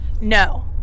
No